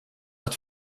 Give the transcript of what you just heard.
att